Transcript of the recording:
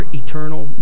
eternal